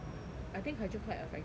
I think kai jun quite affected though